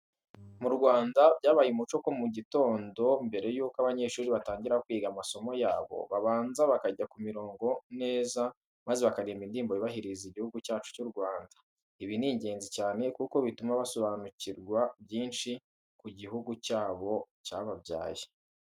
Mu Rwanda byabaye umuco ko mu gitondo mbere yuko abanyeshuri batangira kwiga masomo yabo, babanza bakajya ku mirongo neza maze bakaririmba Indirimbo yubahiriza Igihugu cyacu cy'u Rwanda. Ibi ni ingenzi cyane kuko bituma basobanukirwa byinshi ku gihugu cyabo cyababyaye.